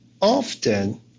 often